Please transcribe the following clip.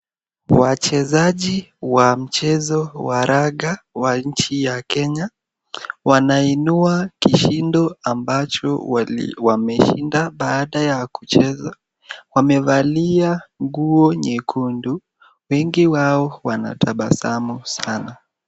Wachezaji wa mchezo wa raga wa nchi ya Kenya, wanainua kishindo ambacho wameshinda baada ya kucheza, wamevalia nguo nyekundu, wengi wao wanatabasamu sana.